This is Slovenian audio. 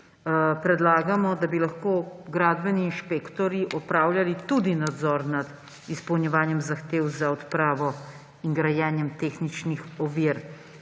predlagamo, da bi lahko gradbeni inšpektorji opravljali tudi nadzor nad izpolnjevanjem zahtev za odpravo in grajenje tehničnih ovir.